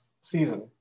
season